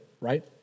right